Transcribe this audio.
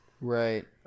Right